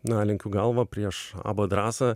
na lenkiu galvą prieš abba drąsą